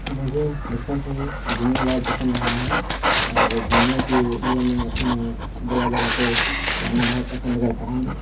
मुझे डिस्पेंसरी घूमना बहुत पसंद आया है और घूमने के लिए मैंने जगह जगह पे जाना बहुत पसंद करता हूँ